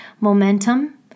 momentum